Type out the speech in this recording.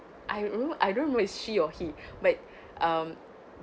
I don't know I don't know is she or he but um